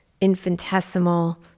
infinitesimal